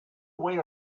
wait